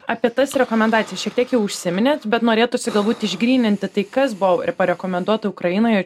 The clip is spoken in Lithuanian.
apie tas rekomendacijas šiek tiek jau užsiminėt bet norėtųsi galbūt išgryninti tai kas buvo ir parekomenduota ukrainoje